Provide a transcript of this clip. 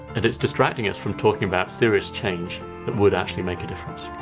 and it's distracting us from talking about serious change that would actually make a difference.